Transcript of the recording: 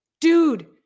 dude